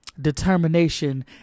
determination